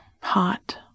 hot